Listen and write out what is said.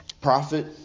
prophet